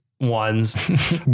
Ones